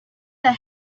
that